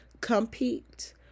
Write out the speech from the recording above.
compete